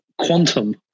quantum